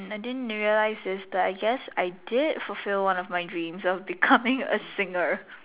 I didn't realise this but I guess I did fulfill one of my dreams of becoming a singer